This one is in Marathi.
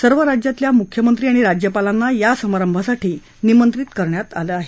सर्व राज्यातल्या मुख्यमंत्री आणि राज्यपालांना या समारंभासाठी आमंत्रित करण्यात आलं आहे